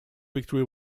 victory